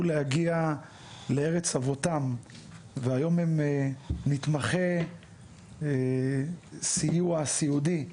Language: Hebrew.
להגיע לארץ אבותם והיום הם נתמכי סיוע סיעודי,